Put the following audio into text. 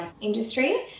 industry